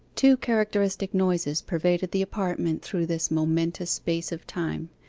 two characteristic noises pervaded the apartment through this momentous space of time.